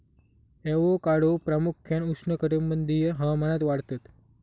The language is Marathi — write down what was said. ॲवोकाडो प्रामुख्यान उष्णकटिबंधीय हवामानात वाढतत